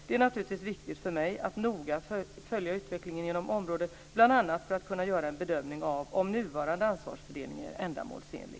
Det är naturligtvis viktigt för mig att noga följa utvecklingen inom området, bl.a. för att kunna göra en bedömning av om nuvarande ansvarsfördelning är ändamålsenlig.